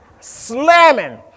Slamming